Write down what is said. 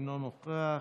אינו נוכח,